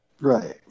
Right